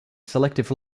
selective